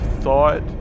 thought